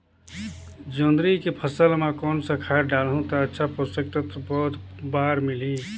जोंदरी के फसल मां कोन सा खाद डालहु ता अच्छा पोषक तत्व पौध बार मिलही?